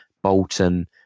Bolton